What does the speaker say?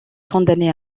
condamnée